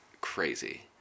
crazy